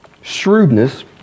shrewdness